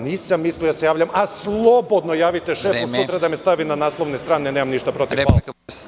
Nisam mislio da se javljam, a slobodno javite šefu da me stavi na naslovne strane, nemam ništa protiv.